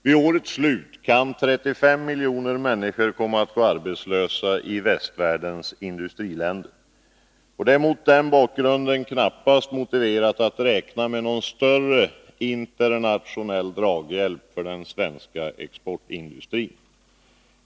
Vid årets slut kan 35 miljoner människor komma att gå arbetslösa i västvärldens industriländer. Det är mot den bakgrunden knappast motiverat att räkna med någon större internationell draghjälp för den svenska exportindustrin.